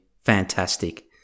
fantastic